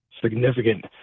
significant